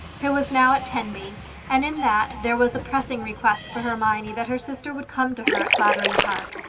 who was now at tenby and in that there was a pressing request from hermione that her sister would come to her at clavering park.